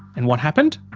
and what happened?